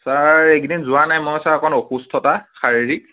sir এইকেইদিন যোৱা নাই মই ছাৰ অকণ অসুস্থতা শাৰীৰিক